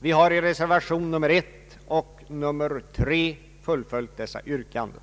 Vi har i reservation nr 1 och nr 3 fullföljt dessa yrkanden.